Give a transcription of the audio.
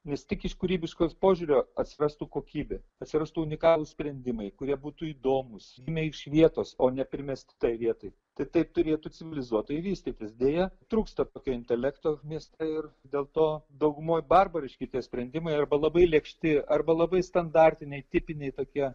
nes tik iš kūrybiško požiūrio atsiverstų kokybė atsirastų unikalūs sprendimai kurie būtų įdomūs gimę iš vietos o ne primesti tai vietai tai taip turėtų civilizuotai vystytis deja trūksta tokio intelekto mieste ir dėl to daugumoj barbariški tie sprendimai arba labai lėkšti arba labai standartiniai tipiniai tokie